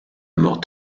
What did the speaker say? mort